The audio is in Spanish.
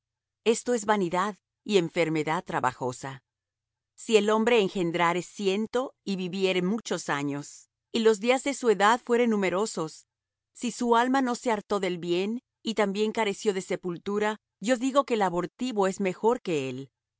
esto vanidad es y enfermedad trabajosa si el hombre engendrare ciento y viviere muchos años y los días de su edad fueren numerosos si su alma no se hartó del bien y también careció de sepultura yo digo que el abortivo es mejor que él